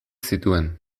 zituen